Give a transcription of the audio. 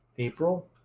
April